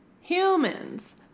humans